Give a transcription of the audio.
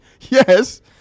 Yes